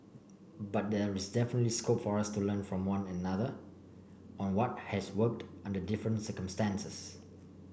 but there is definitely scope for us to learn from one another on what has worked under different circumstances